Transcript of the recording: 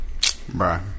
bruh